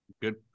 Good